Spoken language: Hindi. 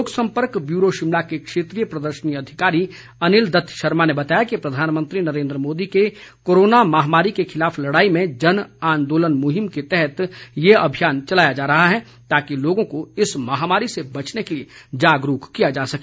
लोकसंपर्क ब्यूरो शिमला के क्षेत्रीय प्रदर्शनी अधिकारी अनिल दत्त शर्मा ने बताया कि प्रधानमंत्री नरेन्द्र मोदी के कोरोना महामारी के खिलाफ लड़ाई में जन आंदोलन मुहिम के तहत ये अभियान चलाया जा रहा है ताकि लोगों को इस महामारी से बचने के लिये जागरूक किया जा सके